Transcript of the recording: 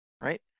right